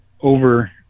over